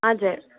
हजुर